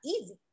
easy